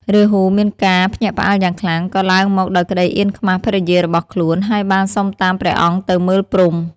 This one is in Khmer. រាហូមានការភ្ញាក់ផ្អើលយ៉ាងខ្លាំង ក៏ឡើងមកដោយក្ដីអៀនខ្មាសភរិយារបស់ខ្លួន ហើយបានសុំតាមព្រះអង្គទៅមើលព្រហ្ម។